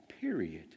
period